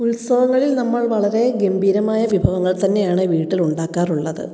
ഉത്സവങ്ങളില് നമ്മള് വളരെ ഗംഭീരമായ വിഭവങ്ങള് തന്നെ ആണ് വീട്ടില് ഉണ്ടാക്കാറുള്ളത്